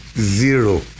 zero